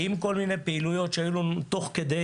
עם כל מיני פעילויות שהיו לנו תוך כדי